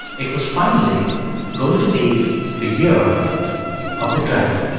it was finally going to be the year of the dragon